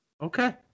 Okay